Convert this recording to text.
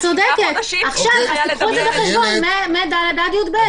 צודקת, אז קחו את זה בחשבון מ-ד' עד י"ב.